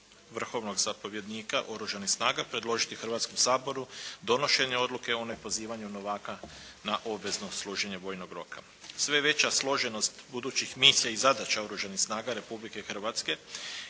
Vrhovnog zapovjednika Oružanih snaga predložiti Hrvatskom saboru donošenje odluke o nepozivanju novaka na obvezno služenje vojnog roka. Sve je veća složenost budućih misija i zadaća Oružanih snaga Republike Hrvatske